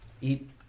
Eat